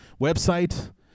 website